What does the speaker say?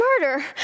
Murder